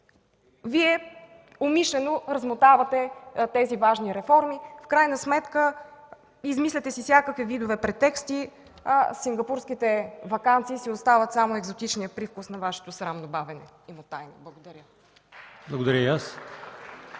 Вие умишлено размотавате тези важни реформи. В крайна сметка си измисляте всякакви видове предтексти, а сингапурските ваканции си остават само екзотичния привкус на Вашето срамно бавене и мотаене. Благодаря Ви.